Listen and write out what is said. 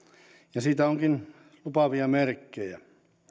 ja siitä onkin lupaavia merkkejä